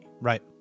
Right